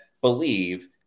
believe